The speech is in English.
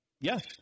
Yes